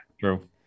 true